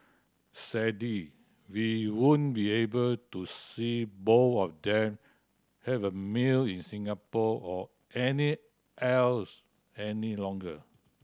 sadly we won't be able to see both of them have a meal in Singapore or any else any longer